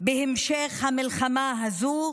בהמשך המלחמה הזאת,